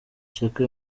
shyaka